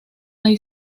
hay